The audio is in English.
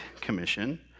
Commission